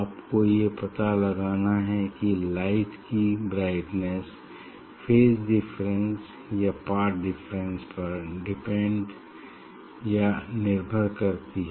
आपको ये पता लगाना है कि लाइट की ब्राइटनेस फेज डिफरेंस या पाथ डिफरेंस पर डिपेंड या निर्भर करती है